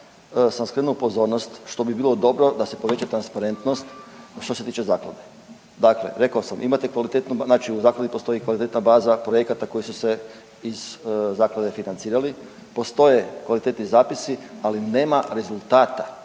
sam skrenuo pozornost što bi bilo dobro da se poveća transparentnost što se tiče zakona. Dakle, rekao sam imate kvalitetnu, znači u zakladi postoji kvalitetna baza projekata koji su se iz zaklade financirali. Postoje kvalitetni zapisi, ali nema rezultata,